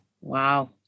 Wow